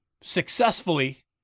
successfully